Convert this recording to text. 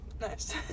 nice